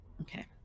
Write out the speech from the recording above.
Okay